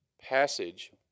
passage